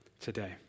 today